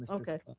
okay,